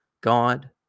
God